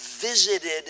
visited